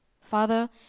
father